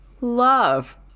Love